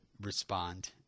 respond